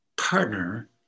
partner